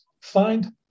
find